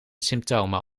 symptomen